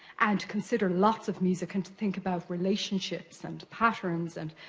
and consider lots of music. and to think about relationships and patterns, and